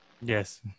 Yes